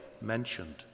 mentioned